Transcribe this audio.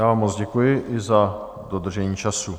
Já vám moc děkuji i za dodržení času.